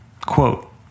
Quote